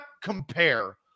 compare